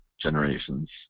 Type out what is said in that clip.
Generations